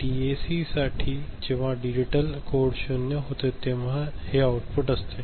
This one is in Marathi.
डीएसीसाठी जेव्हा डिजिटल कोड शून्य होते तेव्हा हे आउटपुट असते